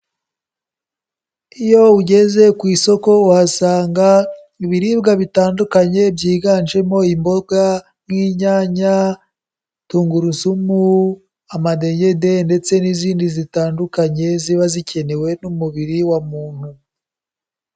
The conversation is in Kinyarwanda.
Iyo ugeze ku isoko uhasanga ibiribwa bitandukanye, byiganjemo imboga nk'inyanya, tungurusumu, amadegede ndetse n'izindi zitandukanye ziba zikenewe n'umubiri wa muntu.